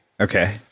Okay